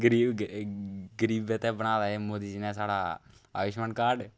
गरीब गरीबै ते बनाए दा एह् मोदी जी ने साढ़ा आ आयुशमान कार्ड